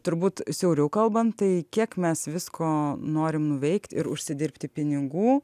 turbūt siauriau kalbant tai kiek mes visko norim nuveikt ir užsidirbti pinigų